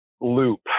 loop